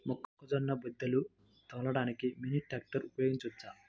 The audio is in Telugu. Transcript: మొక్కజొన్న బోదెలు తోలడానికి మినీ ట్రాక్టర్ ఉపయోగించవచ్చా?